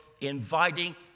inviting